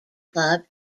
club